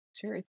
Sure